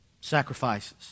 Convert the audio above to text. Sacrifices